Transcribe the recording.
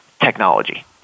technology